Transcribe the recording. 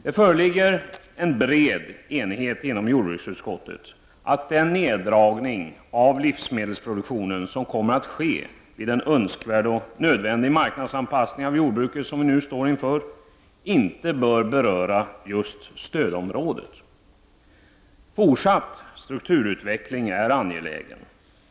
Det föreligger en bred enighet inom jordbruksutskottet om att den neddragning av livsmedelsproduktionen som kommer att ske vid en önskvärd och nödvändig marknadsanpassning av jordbruket, som vi nu står inför, inte bör beröra just stödområdet. Fortsatt strukturutveckling är angelägen.